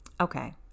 Okay